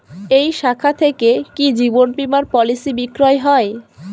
এই শাখা থেকে কি জীবন বীমার পলিসি বিক্রয় হয়?